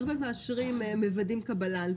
איך לדוגמה מוודאים קבלה?